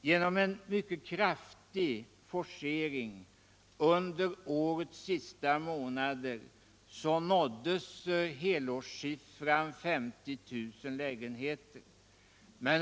Genom en mycket kraftig forcering under de sista månaderna nåddes helårssiffran över 50 000.